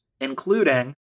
including